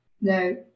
no